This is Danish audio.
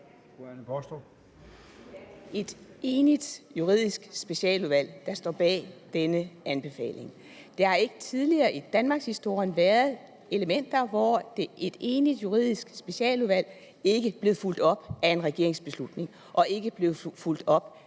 et enigt Juridisk Specialudvalg, der står bag denne anbefaling. Man har ikke tidligere i danmarkshistorien fået vurderet elementer, hvor et enigt Juridisk Specialudvalgs vurdering ikke blev fulgt op af en regeringsbeslutning og ikke blev fulgt op